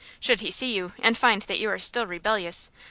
should he see you, and find that you are still rebellious,